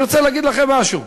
אני רוצה להגיד לכם משהו.